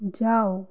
যাও